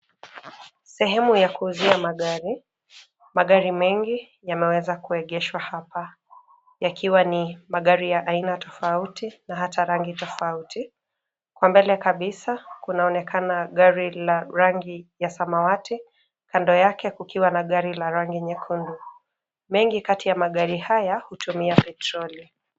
Sehemu ya kuuzia magari. Magari mengi yameweza kuegeshwa hapa, yakiwa ni magari ya aina tofauti na hata rangi tofauti. Kwa mbele kabisa kunaonekana gari la rangi ya samawati, kando yake kukiwa na gari la rangi nyekundu. Mengi kati ya magari haya hutumia petroli .